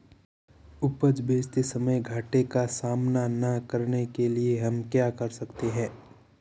उपज बेचते समय घाटे का सामना न करने के लिए हम क्या कर सकते हैं?